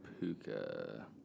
Puka